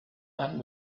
man